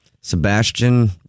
Sebastian